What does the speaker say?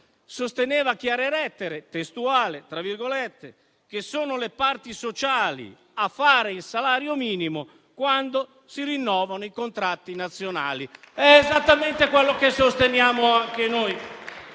sosteneva a chiare lettere, testualmente: «sono le parti sociali (a fare il salario minimo), quando rinnovano i contratti nazionali». È esattamente quello che sosteniamo anche noi.